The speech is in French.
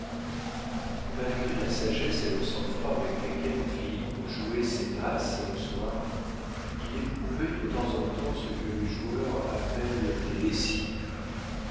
malgré la sagesse et le sang-froid avec lesquels philippe jouait ses masses le soir il éprouvait de temps en temps ce que les joueurs appellent des lessives